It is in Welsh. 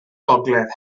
gogledd